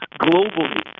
globally